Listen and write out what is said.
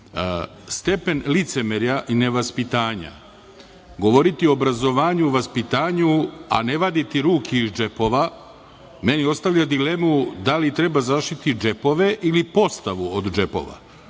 služba. Stepen licemerja i nevaspitanja. Govoriti o obrazovanju i vaspitanju, a ne vaditi ruke iz džepova, meni ostavlja dilemu da li treba zašiti džepove ili postavu od džepova,